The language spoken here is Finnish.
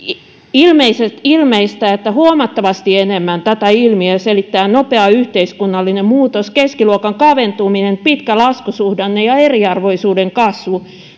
ilmeistä että huomattavasti enemmän tätä ilmiötä selittää nopea yhteiskunnallinen muutos keskiluokan kaventuminen pitkä laskusuhdanne ja eriarvoisuuden kasvu